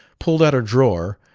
pulled out a drawer,